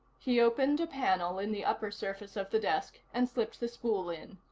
he opened a panel in the upper surface of the desk, and slipped the spool in.